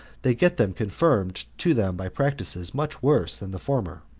they get them confirmed to them by practices much worse than the former,